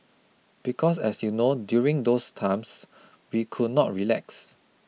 because as you know during those times we could not relax